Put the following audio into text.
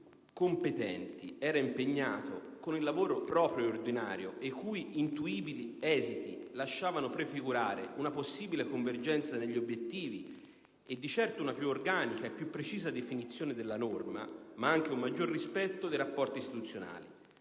Commissioni competenti erano impegnate con il lavoro proprio e ordinario, i cui intuibili esiti lasciavano prefigurare una possibile convergenza degli obiettivi e di certo una più organica e precisa definizione della norma, ma anche un maggior rispetto dei rapporti istituzionali.